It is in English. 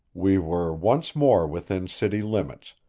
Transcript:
we were once more within city limits,